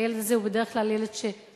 הילד הזה הוא בדרך כלל ילד שמתבייש,